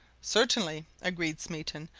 certainly, agreed smeaton,